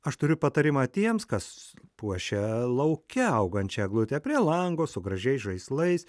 aš turiu patarimą tiems kas puošia lauke augančią eglutę prie lango su gražiais žaislais